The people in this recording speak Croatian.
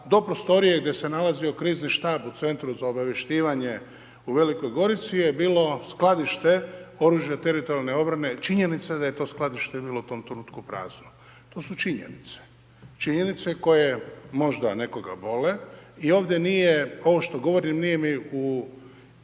do prostorije gdje se nalazio Krizni štab u Centru za obaviješćivanje u Velikoj Gorici je bilo skladište oružja Teritorijalne obrane. Činjenica je da je to skladište bilo u tom trenutku prazno. To su činjenice. Činjenice koje možda nekoga bole i ovdje nije, ovo što govorim nije mi cilj